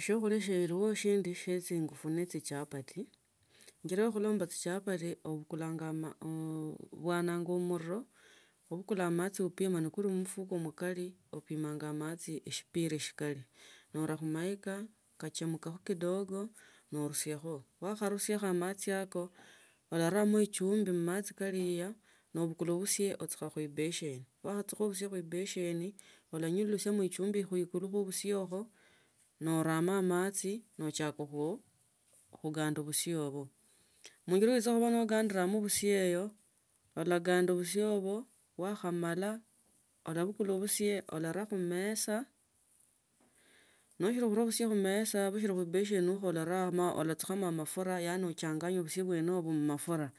Shiokhulia shilio shindi shia chingufu nechichapati injira ya khulomba ichichapati obukulanga, obwananga muriro kwahikulanga mtinj ne kuli mufuko mkali opimanga amachi eshipira shikali nora khumaika kachemkakho kidogo nonisiakho wakhanusia amachi yako olaramo ichumbi ichumbi amachi kaliga nobukula obushe nochukha khu ibeseni wakhachukha obusie khubeseni olanyonyisiamo ichumbi mkosi mu busie mo noramo amachi nochakho khuganda busie ubo manjira ule ba nogandilamo busie eyo ulaganda busie ibo wakhamala ulabukula busie utaraa khumesa nashiri khuraa busie khumesa khubeseni ikhwo ularakho ulachikhama amafura yaani achanganye busie bwine mmafura